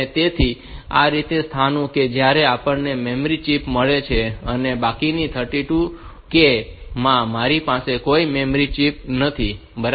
તેથી આ તે સ્થાનો છે કે જ્યાં આપણને મેમરી ચિપ મળી છે અને બાકીના 32K માં મારી પાસે કોઈ મેમરી ચિપ નથી બરાબર